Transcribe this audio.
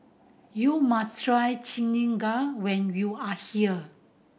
you must try when you are here